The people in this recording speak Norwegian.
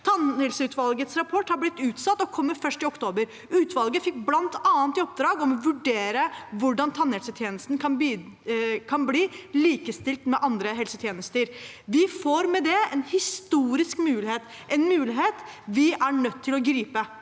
Tannhelseutvalgets rapport har blitt utsatt og kommer først i oktober. Utvalget fikk bl.a. i oppdrag å vurdere hvordan tannhelsetjenesten kan bli likestilt med andre helsetjenester. De får med det en historisk mulighet – en mulighet vi er nødt til å gripe.